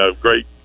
great